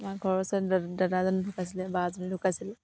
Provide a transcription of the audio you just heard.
আমাৰ ঘৰৰ ওচৰত দাদা এজন ঢুকাইছিলে বা এজনী ঢুকাইছিলে